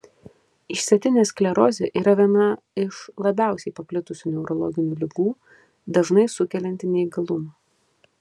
išsėtinė sklerozė yra viena iš labiausiai paplitusių neurologinių ligų dažnai sukelianti neįgalumą